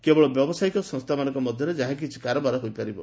କେବଳ ବ୍ୟାବସାୟିକ ସଂସ୍ଥାମାନଙ୍କ ମଧ୍ଧରେ ଯାହାକିଛି କାରବାର ହୋଇପାରିବ